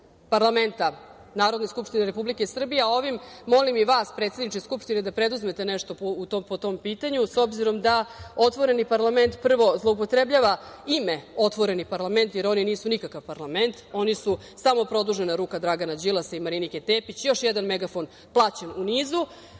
parlamenta Narodne skupštine Republike Srbije, a ovim molim i vas, predsedniče Skupštine, da preduzmete nešto po tom pitanju, s obzirom da Otvoreni parlament, prvo, zloupotrebljava ime Otvoreni parlament, jer oni nisu nikakav parlament, oni su samo produžena ruka Dragana Đilasa i Marinike Tepić, još jedan megafon plaćen u